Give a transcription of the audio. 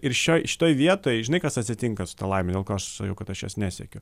ir šioj šitoj vietoj žinai kas atsitinka su ta laime dėl ko aš sakiau kad aš jos nesiekiu